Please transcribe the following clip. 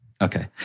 Okay